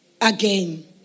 again